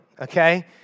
okay